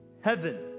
heaven